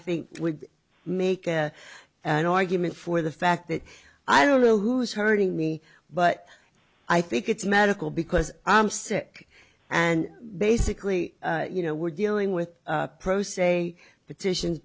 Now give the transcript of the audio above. think we make an argument for the fact that i don't know who's hurting me but i think it's medical because i'm sick and basically you know we're dealing with pro se petition